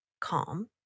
calm